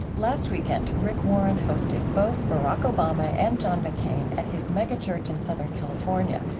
last weekend, rick warren hosted both barack obama and john mccain at his megachurch in southern california,